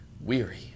weary